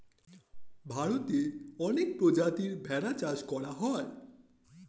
ভারতে অনেক প্রজাতির ভেড়া চাষ করা হয়